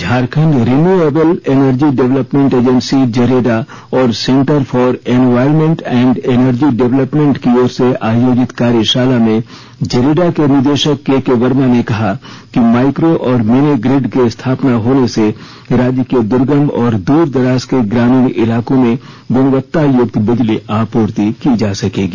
Jharkhand renewable energy development agency JREDA और centre for environment and energy development की ओर से आयोजित कार्यशाला में जेरेडा का निदेशक केके वर्मा ने कहा कि माइक्रो और मिनी ग्रिड के स्थापना होने से राज्य के दर्गम और द्रदराज के ग्रामीण इलाकों में गुणवत्तायुक्त बिजली आपूर्ति की जा सकेगी